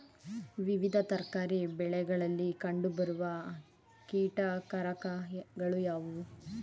ವಿವಿಧ ತರಕಾರಿ ಬೆಳೆಗಳಲ್ಲಿ ಕಂಡು ಬರುವ ಕೀಟಕಾರಕಗಳು ಯಾವುವು?